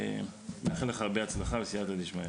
נאחל לך הרבה הצלחה וסייעתא דשמיא.